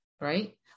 right